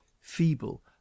feeble